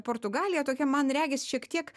portugalija tokia man regis šiek tiek